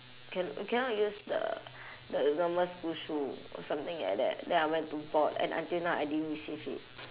can~ cannot use the the normal school shoe or something like that then I went to bought and until now I didn't receive it